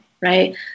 right